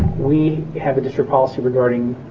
we have district policy regarding